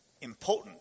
impotent